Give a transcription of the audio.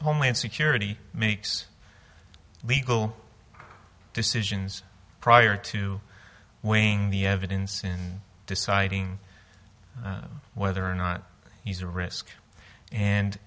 homeland security makes legal decisions prior to winning the evidence and deciding whether or not he's a risk and